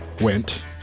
went